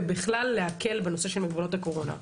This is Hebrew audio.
ובכלל להקל בנושא של מגבלות הקורונה.